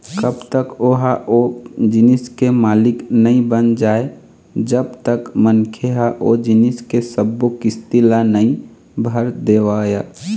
कब तक ओहा ओ जिनिस के मालिक नइ बन जाय जब तक मनखे ह ओ जिनिस के सब्बो किस्ती ल नइ भर देवय